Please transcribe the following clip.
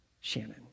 Shannon